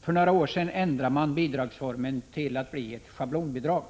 För några år sedan ändrades bidragsformen till ett schablonavdrag.